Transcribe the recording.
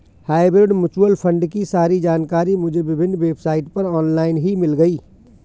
hybrid mutual fund की सारी जानकारी मुझे विभिन्न वेबसाइट पर ऑनलाइन ही मिल गयी